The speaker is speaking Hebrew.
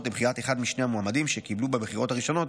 לבחירת אחד משני המועמדים שקיבלו בבחירות הראשונות